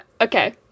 Okay